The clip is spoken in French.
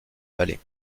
vallée